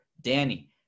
Danny